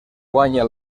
guanya